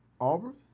Auburn